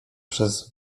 przez